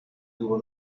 tuvo